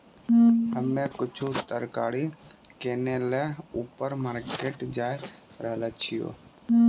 हम्मे कुछु तरकारी किनै ल ऊपर मार्केट जाय रहलो छियै